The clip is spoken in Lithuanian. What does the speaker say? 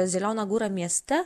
zeliona gura mieste